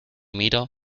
miro